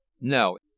no